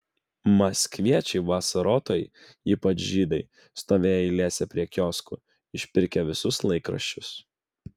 maskviečiai vasarotojai ypač žydai stovėję eilėse prie kioskų išpirkę visus laikraščius